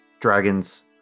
Dragons